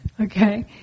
Okay